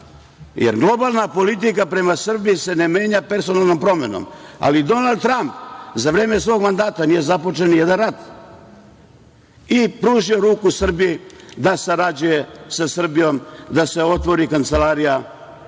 jer globalna politika prema Srbiji se ne menja personalnom promenom, ali Donald Tramp za vreme svog mandata nije započeo nijedan rat i pružio je ruku Srbiji da sarađuje sa Srbijom da se otvori Kancelarija